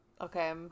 Okay